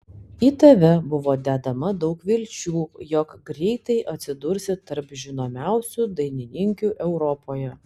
į tave buvo dedama daug vilčių jog greitai atsidursi tarp žinomiausių dainininkių europoje